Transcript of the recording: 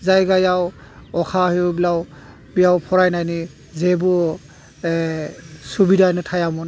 जायगायाव अखाहायोब्ला बेयाव फरायनायनि जेबो एह सुबिदानो थायामोन